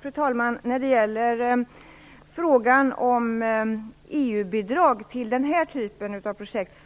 Fru talman! När det gäller EU-bidrag till den här typen av projekt